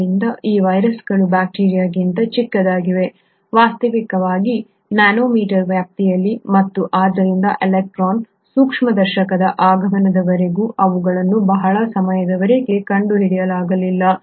ಆದ್ದರಿಂದ ಈ ವೈರಸ್ಗಳು ಬ್ಯಾಕ್ಟೀರಿಯಾಕ್ಕಿಂತ ಚಿಕ್ಕದಾಗಿದೆ ವಾಸ್ತವವಾಗಿ ನ್ಯಾನೊ ಮೀಟರ್ ವ್ಯಾಪ್ತಿಯಲ್ಲಿ ಮತ್ತು ಆದ್ದರಿಂದ ಎಲೆಕ್ಟ್ರಾನ್ ಸೂಕ್ಷ್ಮದರ್ಶಕದ ಆಗಮನದವರೆಗೆ ಅವುಗಳನ್ನು ಬಹಳ ಸಮಯದವರೆಗೆ ಕಂಡುಹಿಡಿಯಲಾಗಲಿಲ್ಲ